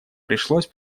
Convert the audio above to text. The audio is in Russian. пришлось